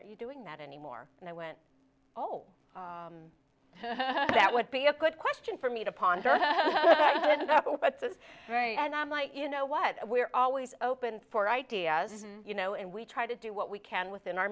are you doing that anymore and i went oh that would be a good question for me to ponder that's what's right and i'm like you know what we're always open for ideas you know and we try to do what we can within our